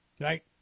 Right